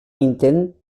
intent